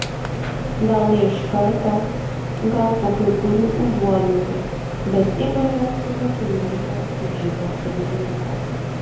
gal ne iš karto gal po kai kurių užuominų bet ima ir atsuka kiaurymę į džipo savininką